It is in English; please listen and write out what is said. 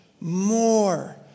more